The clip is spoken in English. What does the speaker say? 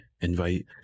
invite